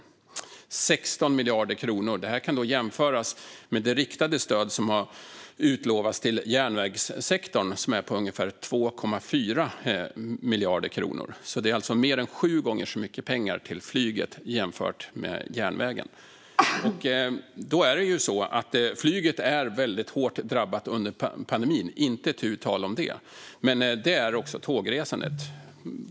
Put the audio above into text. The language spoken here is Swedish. Dessa 16 miljarder kan jämföras med det riktade stöd som har utlovats till järnvägssektorn, som är på ungefär 2,4 miljarder kronor. Det är alltså mer än sju gånger så mycket pengar till flyget som till järnvägen. Flyget är väldigt hårt drabbat under pandemin, inte tu tal om det. Men det är också tågresandet.